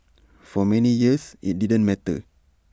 for many years IT didn't matter